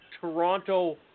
Toronto